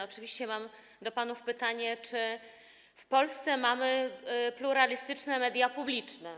Oczywiście mam do panów pytanie, czy w Polsce mamy pluralistyczne media publiczne.